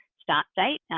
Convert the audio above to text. start date,